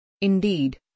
Indeed